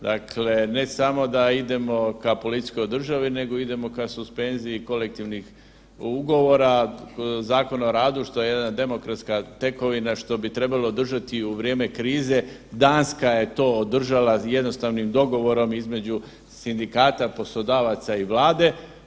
Dakle, ne samo da idemo ka policijskoj državi, nego idemo ka suspenziji kolektivnih ugovora, Zakona o radu, što je jedna demokratska tekovina što bi trebalo održati u vrijeme krize, Danska je to održala jednostavnim dogovorom između sindikata, poslodavaca i vlade.